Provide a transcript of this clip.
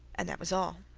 and that was all.